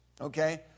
Okay